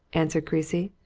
answered creasy.